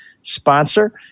sponsor